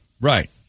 Right